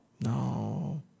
No